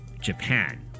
Japan